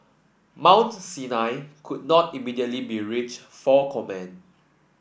Mount Sinai could not immediately be reached for comment